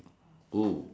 !woo!